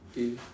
mm